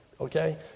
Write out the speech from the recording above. Okay